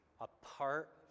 apart